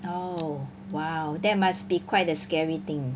oh !wow! there must be quite a scary thing